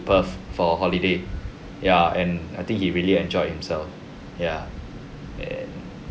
perth for holiday ya and I think he really enjoyed himself ya eh